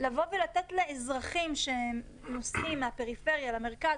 לבוא ולתת לאזרחים שנוסעים מהפריפריה למרכז